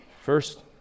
first